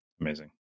Amazing